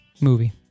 Movie